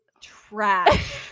trash